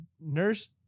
nurse